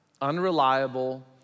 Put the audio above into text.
unreliable